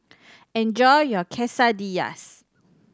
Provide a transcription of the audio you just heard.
enjoy your Quesadillas